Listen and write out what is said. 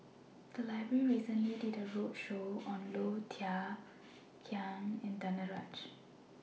The Library recently did A roadshow on Low Thia Khiang and Danaraj